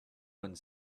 one